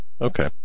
Okay